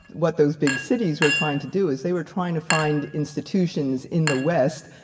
what those big cities were trying to do is they were trying to find institutions in the west,